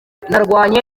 narwanye